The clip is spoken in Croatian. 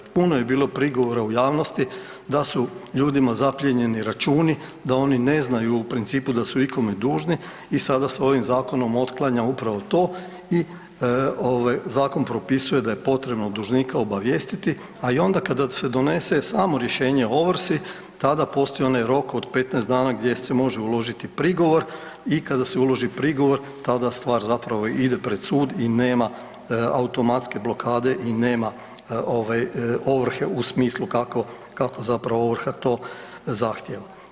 Puno je bilo prigovora u javnosti da su ljudima zapljenjeni računi, da oni ne znaju u principu da su ikome dužni i sada se ovim zakonom otklanja upravo to i ovaj zakon propisuje da je potrebno dužnika obavijestiti, a i onda kada se donese samo rješenje o ovrsi tada postoji onaj rok od 15 dana gdje se može uložiti prigovor i kada se uloži prigovor tada stvar zapravo ide pred sud i nema automatske blokade i nema ovaj ovrhe u smislu kako, kako zapravo ovrha to zahtjeva.